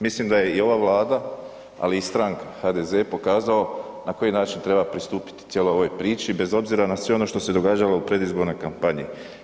Mislim da je i ova vlada, ali i stranka HDZ pokazao na koji način treba pristupiti cijeloj ovoj priči bez obzira na sve ono što se događalo u predizbornoj kampanji.